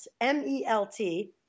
M-E-L-T